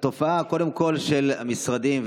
קודם כול על התופעה של המשרדים.